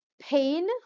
pain